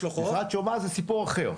לו חוב --- משרד שומה זה סיפור אחר.